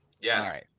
Yes